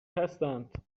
هستند